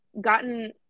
gotten